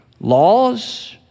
laws